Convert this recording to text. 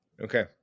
Okay